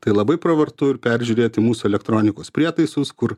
tai labai pravartu ir peržiūrėti mūsų elektronikos prietaisus kur